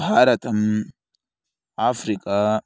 भारतम् आफ़्रिका